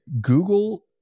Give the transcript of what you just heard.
google